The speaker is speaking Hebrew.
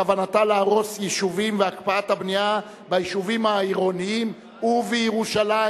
כוונתה להרוס יישובים והקפאת הבנייה ביישובים העירוניים ובירושלים.